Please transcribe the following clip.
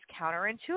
counterintuitive